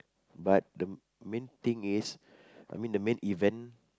but the main thing is I mean the main event